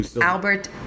Albert